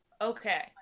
Okay